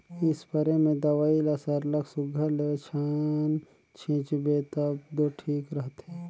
spray में दवई ल सरलग सुग्घर ले घन छींचबे तब दो ठीक रहथे